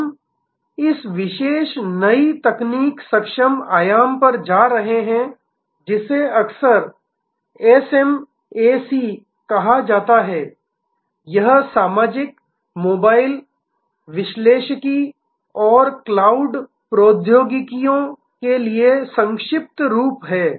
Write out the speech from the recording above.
हम इस विशेष नई तकनीक सक्षम आयाम पर जा रहे हैं जिसे अक्सर एसएमएसी कहा जाता है यह सामाजिक मोबाइल विश्लेषिकी और क्लाउड प्रौद्योगिकियों Social Mobile Analytics and Cloud technologies के लिए संक्षिप्त रूप है